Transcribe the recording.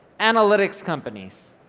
analytics companies.